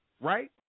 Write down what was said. right